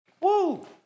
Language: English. Woo